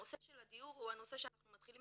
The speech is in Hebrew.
הנושא של הדיור הוא הנושא שאנחנו מתחילים